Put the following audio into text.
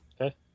Okay